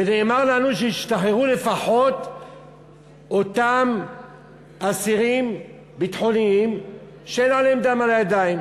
ונאמר לנו שישתחררו לפחות אותם אסירים ביטחוניים שאין להם דם על הידיים.